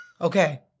Okay